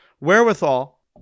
wherewithal